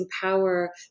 power